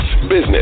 business